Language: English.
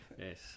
Yes